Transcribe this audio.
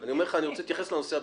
אני רוצה להתייחס לנושא הביטחוני.